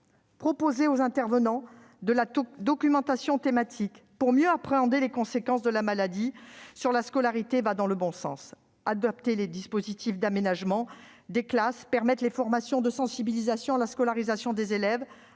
Proposer aux intervenants de la documentation thématique afin de leur permettre de mieux appréhender les conséquences de la maladie sur la scolarité va dans le bon sens. Adapter les dispositifs d'aménagement des classes, mettre en oeuvre des formations de sensibilisation à la scolarisation des élèves